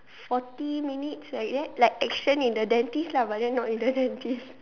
forty minutes like that like action in the dentist lah but then not in the dentist